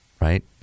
Right